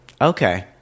Okay